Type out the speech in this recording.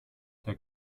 der